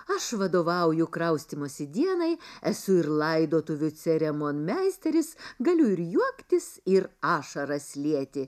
aš vadovauju kraustymosi dienai esu ir laidotuvių ceremonmeisteris galiu ir juoktis ir ašaras lieti